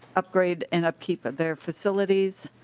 upgrade and upkeep of their facilities.